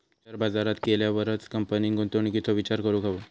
share बाजारात गेल्यावरच कंपनीन गुंतवणुकीचो विचार करूक हवो